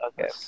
Okay